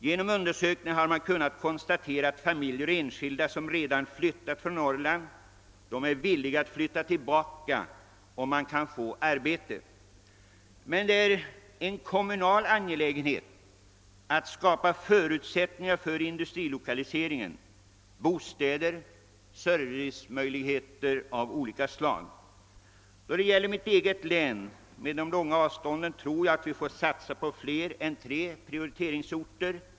Genom undersökningar har man kunnat konstatera att familjer och enskilda som redan flyttat från Norrland är villiga att flytta tillbaka, om de kan få arbete. Det är emellertid en kommunal angelägenhet att skapa förutsättningar för industrilokaliseringen i form av bostäder och servicemöjligheter av olika slag. Då det gäller mitt eget län med dess långa avstånd tror jag att vi får satsa på flera än tre prioriteringsorter.